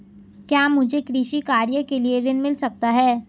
क्या मुझे कृषि कार्य के लिए ऋण मिल सकता है?